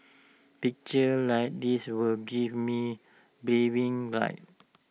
pictures like this will give me bragging rights